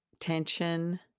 Tension